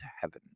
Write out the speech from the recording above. heaven